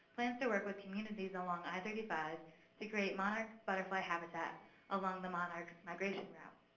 plans to work with communities along i thirty five to create monarch butterfly habitat along the monarch migration route.